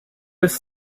was